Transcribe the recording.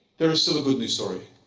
there is still a good news story.